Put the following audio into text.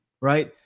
right